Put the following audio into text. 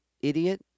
Idiot